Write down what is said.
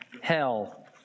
hell